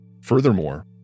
Furthermore